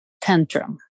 tantrum